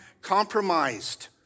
Compromised